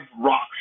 rock